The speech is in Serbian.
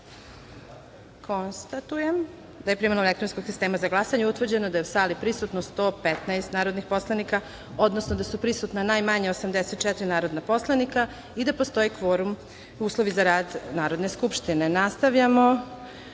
Zahvaljujem. Konstatujem da je primenom elektronskog sistema za glasanje utvrđeno da je u sali prisutno 115 narodnih poslanika, odnosno da su prisutna najmanje 84 narodna poslanika i da postoje uslovi za rad Narodne skupštine. Nastavljamo